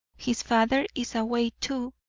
his father is away, too,